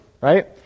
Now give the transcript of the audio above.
right